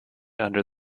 under